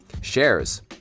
shares